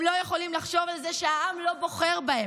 הם לא יכולים לחשוב על זה שהעם לא בוחר בהם.